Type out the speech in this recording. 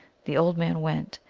the old man went,